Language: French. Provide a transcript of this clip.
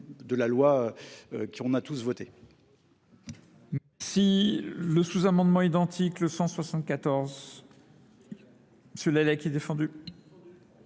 de la loi qui on a tous voté.